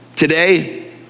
Today